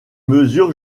mesure